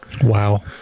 Wow